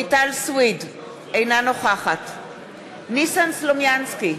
אינה נוכחת ניסן סלומינסקי,